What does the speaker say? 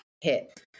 hit